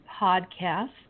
podcast